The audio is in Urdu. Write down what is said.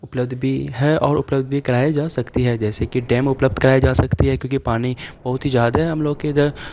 اپلبدھ بھی ہیں اور اپلبدھ بھی کرائی جا سکتی ہیں جیسے کہ ڈیم اپلبدھ کرائی جا سکتی ہے کیوںکہ پانی بہت ہی جیادے ہے ہم لوگ کے ادھر